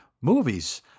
movies